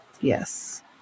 Yes